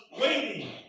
waiting